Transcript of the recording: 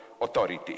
authority